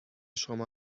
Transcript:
شما